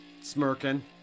smirking